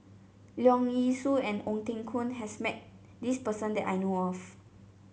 Leong Yee Soo and Ong Teng Koon has met this person that I know of